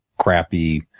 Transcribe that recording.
crappy